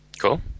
Cool